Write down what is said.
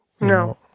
No